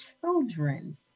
children